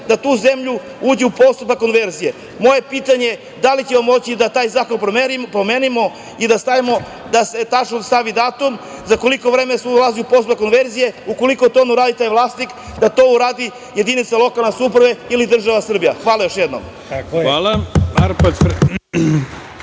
da tu zemlju uđe u postupak konverzije. Moje pitanje je – da li ćemo moći da taj zakon promenimo i da se tačno stavi datum za koliko vremena se ulazi u postupak konverzije? Ukoliko to ne uradi taj vlasnik, da to uradi jedinica lokalne samouprave ili država Srbija. Hvala. **Ivica